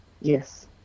Yes